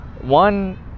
one